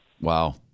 Wow